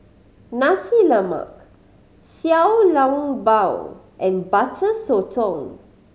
Nasi Lemak Xiao Long Bao and Butter Sotong